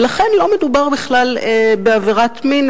ולכן לא מדובר בכלל בעבירת מין,